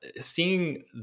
seeing